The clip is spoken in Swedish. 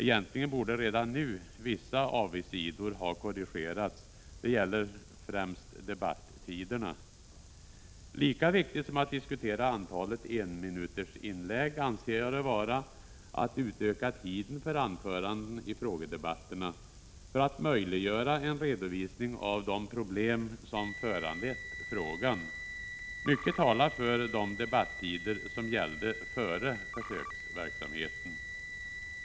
Egentligen borde redan nu vissa avigsidor ha korrigerats. Det gäller främst debattiderna. Lika viktigt som att diskutera antalet enminutsinlägg anser jag det vara att utöka tiden för anförandena i frågedebatterna, för att möjliggöra en redovisning av de problem som föranlett frågan. Mycket talar för de debattider som gällde före försöksverksamheten.